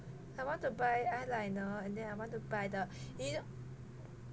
I want to buy eyeliner and then I want to buy the yo~